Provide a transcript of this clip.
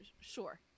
sure